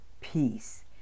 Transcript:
peace